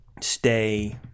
stay